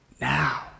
now